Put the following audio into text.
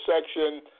section